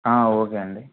okay అండి